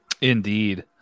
Indeed